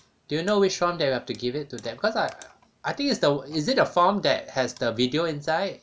do you know which [one] that we have to give it to them cause like I think it's the is it the form that has the video inside